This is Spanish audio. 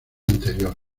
anterior